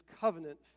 covenant